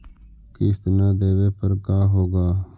किस्त न देबे पर का होगा?